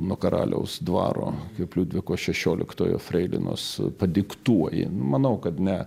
nuo karaliaus dvaro kaip liudviko šešioliktojo freilinos padiktuoji manau kad ne